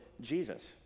Jesus